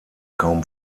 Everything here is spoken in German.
kaum